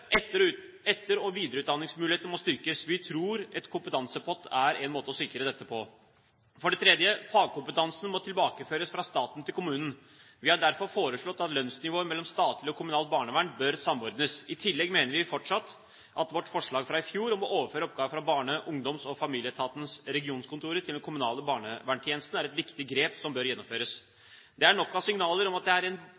Etter- og videreutdanningsmulighetene må styrkes. Vi tror at en kompetansepott er en måte å styrke dette på. For det tredje: Fagkompetansen må tilbakeføres fra staten til kommunen. Vi har derfor forslått at lønnsnivået mellom statlig og kommunalt barnevern bør samordnes. I tillegg mener vi fortsatt at vårt forslag fra i fjor om å overføre oppgaver fra Barne-, ungdoms- og familieetatens regionskontorer til den kommunale barnevernstjenesten er et viktig grep som bør gjennomføres.